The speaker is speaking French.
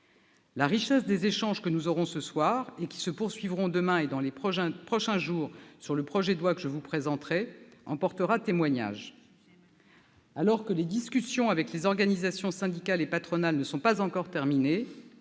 La richesse des échanges que nous aurons ce soir, qui se poursuivront demain et dans les prochains jours sur le projet de loi que je vous présenterai, en portera témoignage. Alors que les discussions avec les organisations syndicales et patronales ne sont pas encore terminées-